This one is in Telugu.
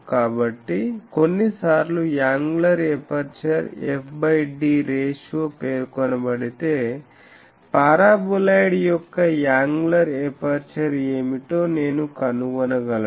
కాబట్టి కొన్నిసార్లు యాంగులర్ ఎపర్చర్ fd రేషియో పేర్కొనబడితే పారాబొలాయిడ్ యొక్క యాంగులర్ ఎపర్చరు ఏమిటో నేను కనుగొనగలను